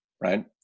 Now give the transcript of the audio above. right